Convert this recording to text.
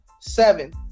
seven